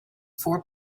four